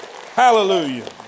Hallelujah